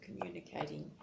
communicating